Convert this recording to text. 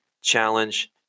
challenge